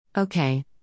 Okay